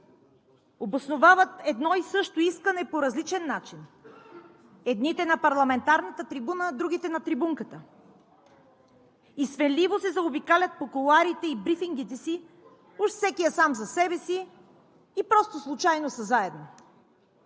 Обосновават едно и също искане по различен начин – едните на парламентарната трибуна, а другите на трибунката. И свенливо се заобикалят по кулоарите и брифингите си, уж всеки е сам за себе си и просто случайно са заедно.